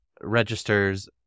registers